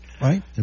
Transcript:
Right